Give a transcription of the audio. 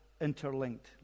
interlinked